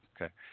Okay